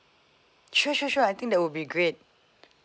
sure sure sure I think that would be great